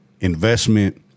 investment